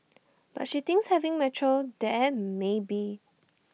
but she thinks having metro there may be